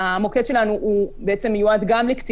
במצב מתוקן וראוי היה צריך לקרות מצב שבו המוקד הזה